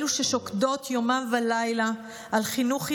אלו ששוקדות יומם ולילה על חינוך ילדינו,